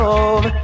Love